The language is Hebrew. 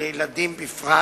לילדים בפרט,